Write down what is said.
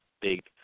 big